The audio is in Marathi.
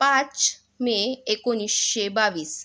पाच मे एकोणिसशे बावीस